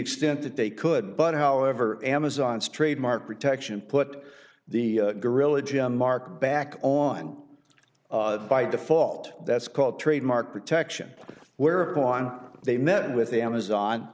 extent that they could but however amazon's trademark protection put the gorilla gem market back on by default that's called trademark protection whereupon they met with amazon